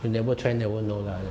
you never try never know lah